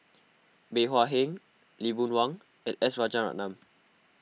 Bey Hua Heng Lee Boon Wang and S Rajaratnam